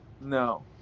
No